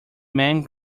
man